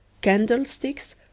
candlesticks